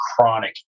chronic